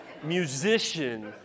musician